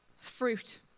Fruit